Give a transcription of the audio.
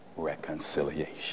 reconciliation